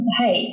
hey